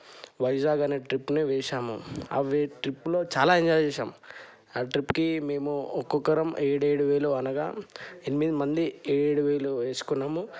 వైజాగ్ అనే ట్రిప్ను వేశాము ఆ ట్రిప్లో చాలా ఎంజాయ్ చేశాం ఆ ట్రిప్కి మేము ఒక్కొక్కరం ఏడు ఏడు వేలు అనగా ఎనిమిది మంది ఏడు వేలు వేసుకున్నాము